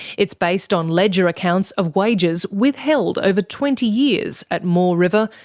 it's based on ledger accounts of wages withheld over twenty years at moore river,